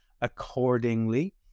accordingly